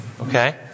Okay